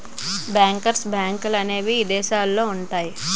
bankers బ్యాంకులనేవి ఇదేశాలల్లో ఉంటయ్యి